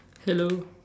hello